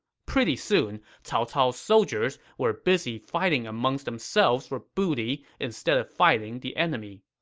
pretty soon, cao cao's soldiers were busy fighting amongst themselves for booty instead of fighting the enemy.